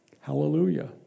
Hallelujah